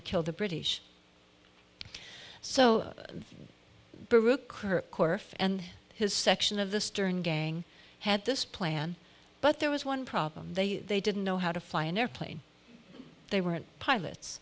to kill the british so kirk and his section of the stern gang had this plan but there was one problem they they didn't know how to fly an airplane they weren't pilots